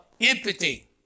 empathy